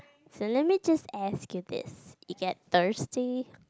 so let me just ask you this you get thirsty